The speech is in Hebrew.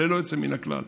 ללא יוצא מן הכלל.